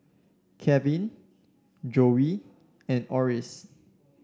Calvin Zoie and Orris